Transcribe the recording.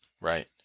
Right